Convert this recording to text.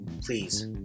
please